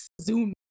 zoom